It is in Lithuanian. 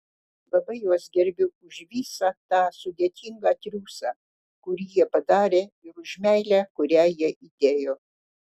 labai juos gerbiu už visą tą sudėtingą triūsą kurį jie padarė ir už meilę kurią jie įdėjo